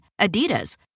Adidas